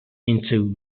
into